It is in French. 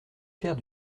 faire